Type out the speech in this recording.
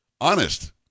honest